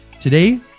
today